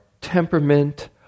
temperament